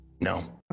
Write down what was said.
No